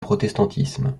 protestantisme